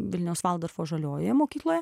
vilniaus valdorfo žaliojoje mokykloje